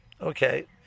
Okay